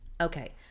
Okay